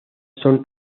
son